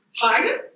tiger